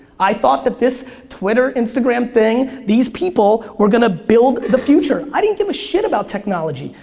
i thought that this twitter, instagram thing, these people, were gonna build the future. i didn't give a shit about technology.